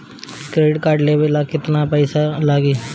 Credit card लेवे ला केतना पइसा लागी?